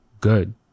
good